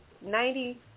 Ninety